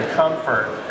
comfort